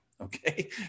okay